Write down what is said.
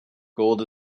gold